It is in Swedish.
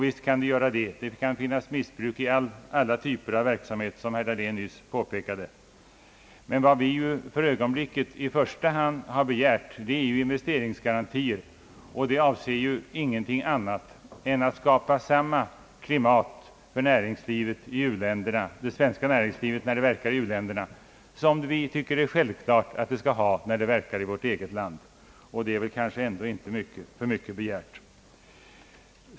Visst kan det det. Det kan förekomma missbruk i alla typer av verksamhet, som herr Dahlén nyss påpekade. Men vad vi för ögonblicket i första hand har begärt är investeringsgarantier, och de avser ju ingenting annat än att skapa samma klimat för det svenska näringslivet när det verkar i u-länderna som vi som något självklart tycker att det skall ha när det verkar i vårt eget land. Det är väl inte för mycket begärt.